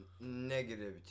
negative